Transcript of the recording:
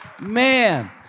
Man